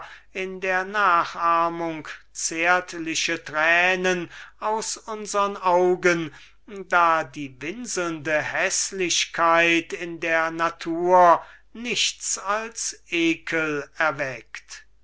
in der nachahmung zärtliche tränen aus unsern augen da die winselnde häßlichkeit in der natur nichts als ekel erweckt